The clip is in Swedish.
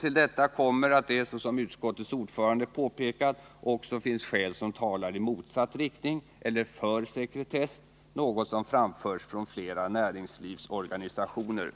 Till detta kommer att det, som utskottets ordförande påpekat, också finns skäl som talar i motsatt riktning eller för sekretess, något som framförts från flera näringslivsorganisationer.